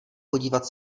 podívat